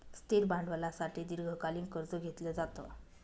स्थिर भांडवलासाठी दीर्घकालीन कर्ज घेतलं जातं